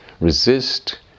resist